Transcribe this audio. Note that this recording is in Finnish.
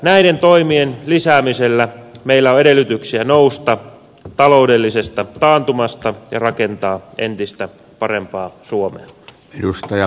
näiden toimien lisäämisellä meillä on edellytyksiä nousta taloudellisesta taantumasta ja rakentaa entistä parempaa suomea